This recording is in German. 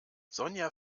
sonja